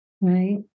Right